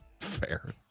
Fair